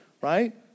right